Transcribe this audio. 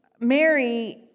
Mary